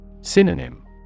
Synonym